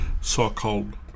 so-called